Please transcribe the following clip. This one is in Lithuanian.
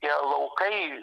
tie laukai